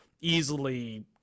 easily